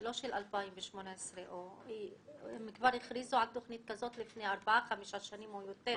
היא לא של 2018. כבר הכריזו על תוכנית כזאת לפני ארבע-חמש שנים או יותר.